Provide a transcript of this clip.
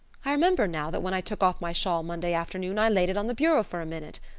i remember now that when i took off my shawl monday afternoon i laid it on the bureau for a minute.